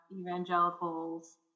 evangelicals